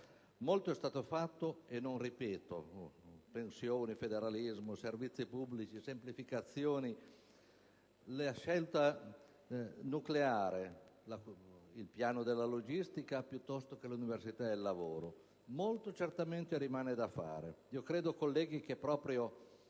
Molto è stato fatto e non lo ripeterò (pensioni, federalismo, servizi pubblici, semplificazione, scelta nucleare, piano della logistica, piuttosto che università e lavoro), molto, certamente, rimane da fare. Credo, colleghi, che proprio